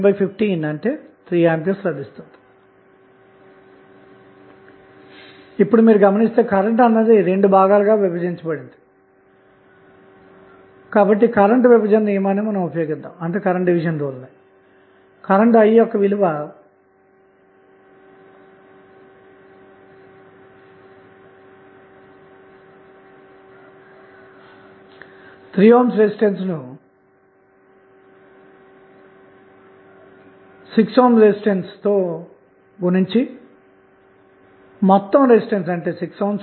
చివరగా మీరు ఏమి చేయాలంటే గరిష్ట పవర్ బదిలీ సిద్ధాంతం ప్రకారం థెవినిన్ రెసిస్టెన్స్ విలువ అన్నది లోడ్ రెసిస్టెన్స్ కు సమానంగా ఉండాలి ఆపైలోడ్ కు సరఫరా అవుతున్న గరిష్టమైన పవర్ అన్నది pVTh24RTh అవుతుంది